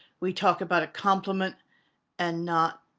we talk about a compliment and not